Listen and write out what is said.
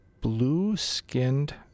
blue-skinned